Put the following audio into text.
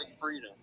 freedom